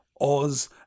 Oz